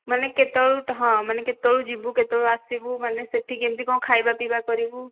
ମାନେ କେତେବେଳୁ ହଁ ମାନେ କେତେବେଳୁ ଯିବୁ କେତେବେଳୁ ଆସିବୁ ମାନେ ସେଇଠି କେମିତି କ'ଣ ଖାଇବା ପିଇବା କରିବୁ